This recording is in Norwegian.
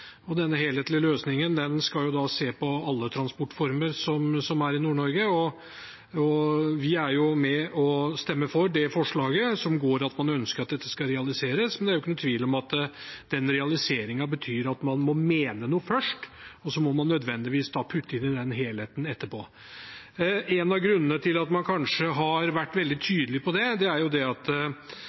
og da skal man se på alle transportformer i Nord-Norge. Vi er med og stemmer for det forslaget, som går på at man ønsker at dette skal realiseres, men det er ingen tvil om at den realiseringen betyr at man må mene noe først, og så må man nødvendigvis putte inn helheten etterpå. En av grunnene til at man har vært veldig tydelig på det, er – som det også er blitt omtalt flere ganger – at